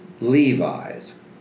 Levi's